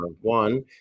one